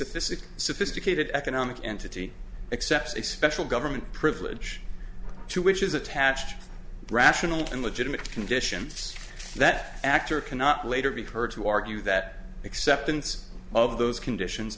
a sophisticated economic entity except a special government privilege to which is attached rational and legitimate conditions that actor cannot later be heard to argue that acceptance of those conditions